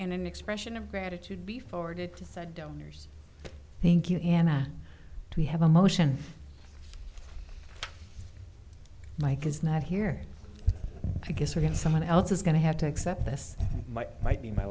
in an expression of gratitude be forwarded to said donors thank you and i we have a motion mike is not here i guess we're going someone else is going to have to accept this might be my